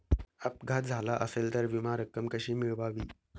अपघात झाला असेल तर विमा रक्कम कशी मिळवावी?